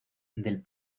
del